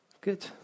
Good